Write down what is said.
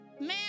Man